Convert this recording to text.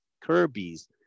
Kirby's